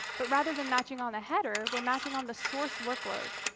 but rather than matching on a header, we're matching on the source workload.